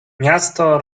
miasto